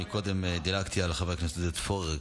קודם דילגתי על חבר הכנסת עודד פורר,